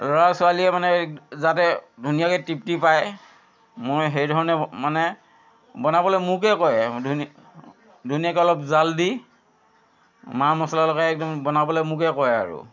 ল'ৰা ছোৱালীয়ে মানে যাতে ধুনীয়াকৈ তৃপ্তি পায় মই সেইধৰণে মানে বনাবলৈ মোকেই কয় ধুনীয়া ধুনীয়াকৈ অলপ জাল দি মা মছলা লগাই একদম বনাবলৈ মোকে কয় আৰু